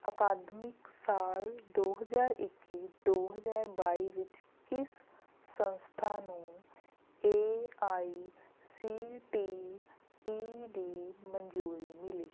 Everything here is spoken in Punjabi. ਅਕਾਦਮਿਕ ਸਾਲ ਦੋ ਹਜ਼ਾਰ ਇੱਕੀ ਦੋ ਹਜ਼ਾਰ ਬਾਈ ਵਿੱਚ ਕਿਸ ਸੰਸਥਾ ਨੂੰ A I C T E ਦੀ ਮਨਜ਼ੂਰੀ ਮਿਲੀ